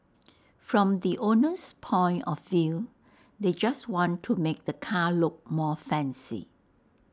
from the owner's point of view they just want to make the car look more fancy